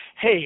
hey